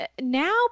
Now